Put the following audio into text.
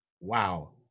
wow